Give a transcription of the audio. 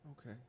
Okay